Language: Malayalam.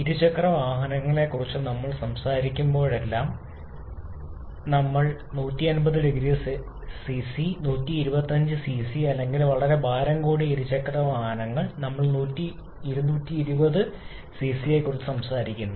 ഇരുചക്രവാഹനങ്ങളെക്കുറിച്ച് പറയുമ്പോഴെല്ലാം നമ്മൾ സംസാരിക്കും 150 സിസി 125 സിസി അല്ലെങ്കിൽ വളരെ ഭാരം കൂടിയ ഇരുചക്രവാഹനങ്ങൾ നമ്മൾ 220 സിസിയെക്കുറിച്ച് സംസാരിക്കുന്നു